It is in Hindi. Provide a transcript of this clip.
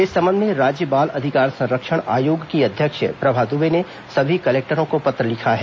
इस संबंध में राज्य बाल अधिकार संरक्षण आयोग की अध्यक्ष प्रभा द्वे ने सभी कलेक्टरों को पत्र लिखा है